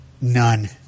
none